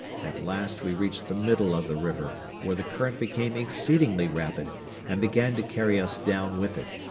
at last we reached the middle of the river, where the current became exceedingly rapid and began to carry us down with it.